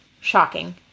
shocking